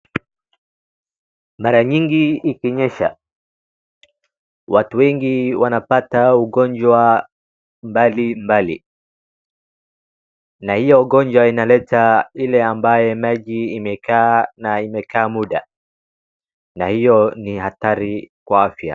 Mara mingi ikinyesha, watu wengi wanapata ugonjwa mbalimbali. Na iyo ugonjwa inaleta ile ambaye maji imekaa na imekaa muda na hiyo ni hatari kwa afya.